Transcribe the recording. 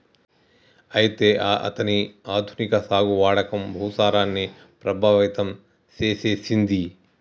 అయితే అతని ఆధునిక సాగు వాడకం భూసారాన్ని ప్రభావితం సేసెసింది